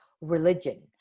religion